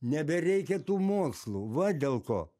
nebereikia tų mokslų va dėl ko